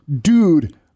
dude